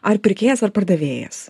ar pirkėjas ar pardavėjas